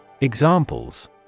Examples